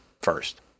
first